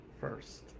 first